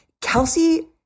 kelsey